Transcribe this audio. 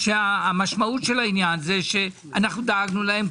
כשהמשמעות של העניין היא האם אנחנו דאגנו להם,